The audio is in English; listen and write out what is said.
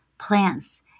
plants